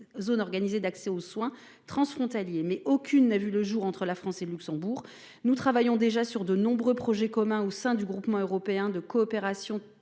zone organisée d'accès aux soins transfrontaliers. Mais aucune n'a vu le jour entre la France et le Luxembourg, nous travaillons déjà sur de nombreux projets communs au sein du groupement européen de coopération territoriale